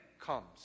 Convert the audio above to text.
comes